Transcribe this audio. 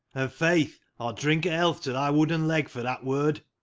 and, faith, i'll drink a health to thy wooden leg for that word.